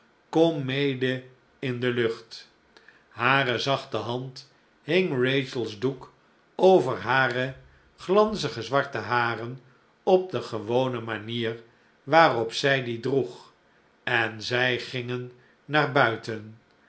kom mede in de lucht hare zachte hand hing eachel's doek over hare glanzig zwarte haren op de gewone manier waarop zij dien droeg en zij gingen naar buiten